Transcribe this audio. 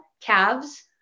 calves